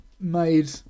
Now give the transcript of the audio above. made